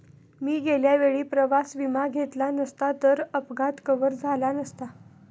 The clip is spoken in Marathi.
मी गेल्या वेळी प्रवास विमा घेतला नसता तर अपघात कव्हर झाला नसता